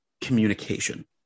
communication